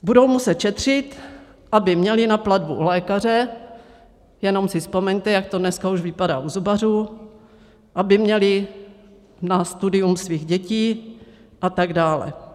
Budou muset šetřit, aby měli na platbu u lékaře, jenom si vzpomeňte, jak to dneska už vypadá u zubařů, aby měli na studium svých dětí a tak dále.